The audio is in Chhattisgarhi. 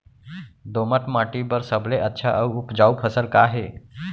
दोमट माटी बर सबले अच्छा अऊ उपजाऊ फसल का हे?